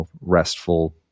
restful